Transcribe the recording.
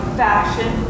fashion